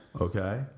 Okay